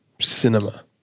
cinema